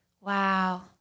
Wow